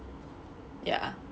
yeah